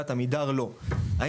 לדעת עמידר לא,